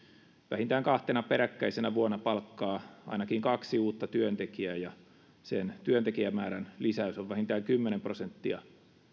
vähintään kahtena peräkkäisenä vuonna palkkaa ainakin kaksi uutta työntekijää ja sen työntekijämäärän lisäys on vähintään kymmenen prosenttia